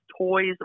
toys